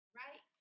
right